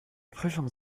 prüfung